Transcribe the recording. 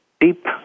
deep